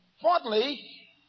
Fourthly